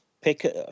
Pick